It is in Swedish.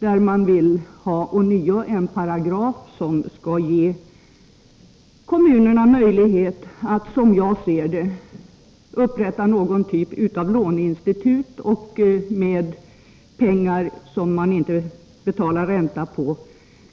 De vill ha en särskild paragraf som ger kommunerna möjlighet att upprätta någon typ av låneinstitut, som med räntefria lån skall kunna